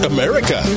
America